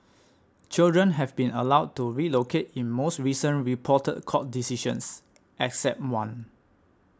children have been allowed to relocate in most recent reported court decisions except one